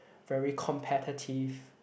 very competitive